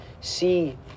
see